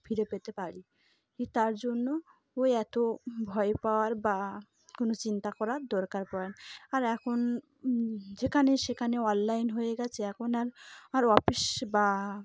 ফিরে পেতে পারি তার জন্য ওই এতো ভয় পাওয়ার বা কোনো চিন্তা করার দরকার পড়ে না আর এখন যেখানে সেখানে অনলাইন হয়ে গেছে এখন আর আর অফিস বা